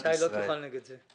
שי, לא תוכל נגד זה.